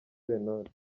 sentore